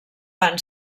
van